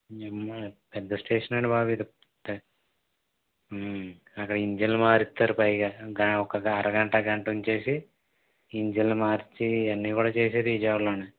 అమ్మా పెద్ద స్టేషన్ అండి బాబు ఇది అక్కడ ఇంజన్లు మారుస్తారు పైగా ఒక్క అరగంట గంట ఉంచేసి ఇంజన్లు మార్చి అన్ని కూడ చేసేది విజయవాడలోనే